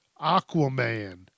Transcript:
Aquaman